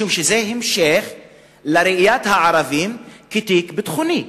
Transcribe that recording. משום שזה המשך לראיית הערבים כתיק ביטחוני.